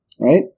right